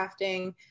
crafting